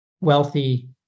wealthy